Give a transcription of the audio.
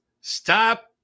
Stop